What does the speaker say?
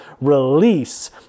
release